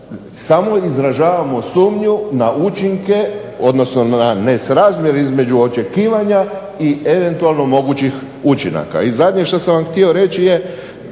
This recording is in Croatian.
samo izražavamo sumnju na učinke odnosno na nesrazmjer između očekivanja i eventualno mogućih učinaka. I zadnje što sam vam htio reći je